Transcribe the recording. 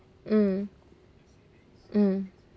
mm mm